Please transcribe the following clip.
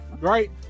right